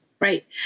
Right